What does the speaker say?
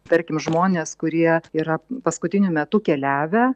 tarkim žmonės kurie yra paskutiniu metu keliavę